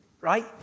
right